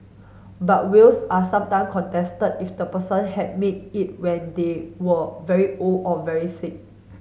but wills are sometime contested if the person had made it when they were very old or very sick